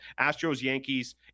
Astros-Yankees